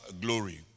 glory